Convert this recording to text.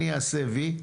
אני אעשה "וי",